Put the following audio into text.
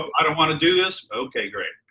um i don't wanna do this. okay, great.